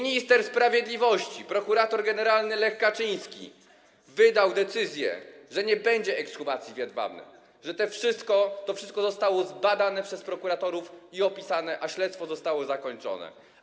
Minister sprawiedliwości - prokurator generalny Lech Kaczyński wydał decyzję, że nie będzie ekshumacji w Jedwabnem, że to wszystko zostało zbadane przez prokuratorów i opisane, a śledztwo zostało zakończone.